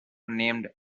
named